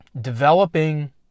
developing